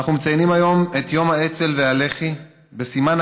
אנו מציינים היום את יום האצ"ל והלח"י בסימן